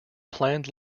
planned